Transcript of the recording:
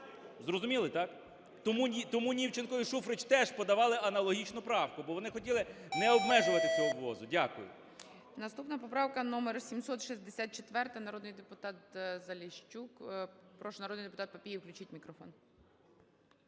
Зрозуміли, так? Тому Німченко і Шуфрич теж подавали аналогічну правку, бо вони хотіли не обмежувати цього ввозу. Дякую. ГОЛОВУЮЧИЙ. Наступна поправка - номер 764, народний депутат Заліщук. Прошу, народний депутат Папієв. Включіть мікрофон.